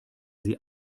sie